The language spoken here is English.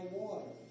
water